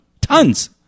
Tons